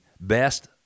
best